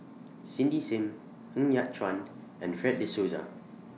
Cindy SIM Ng Yat Chuan and Fred De Souza